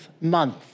month